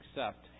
accept